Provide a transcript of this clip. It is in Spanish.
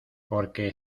porque